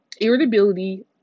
irritability